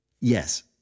Yes